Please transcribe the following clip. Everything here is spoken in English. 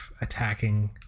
attacking